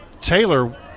Taylor